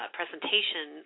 presentation